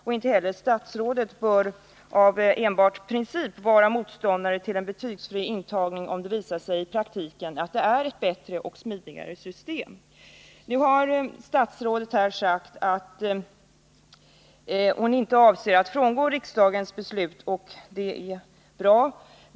Och inte heller statsrådet bör enbart av princip vara motståndare till en betygsfri intagning, om det i praktiken visar sig vara ett bättre och smidigare system. Nu har statsrådet här sagt att hon inte avser att frångå riksdagens beslut, och det är bra.